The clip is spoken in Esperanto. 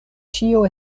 ĉio